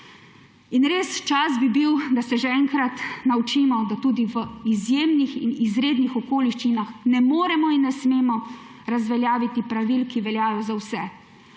In res bi bil čas, da se že enkrat naučimo, da tudi v izjemnih in izrednih okoliščinah ne moremo in ne smemo razveljaviti pravil, ki veljajo za vse.